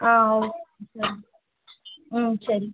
ஆ okay சரி ம் சரி